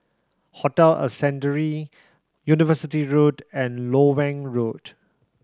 Hotel Ascendere University Road and Loewen Road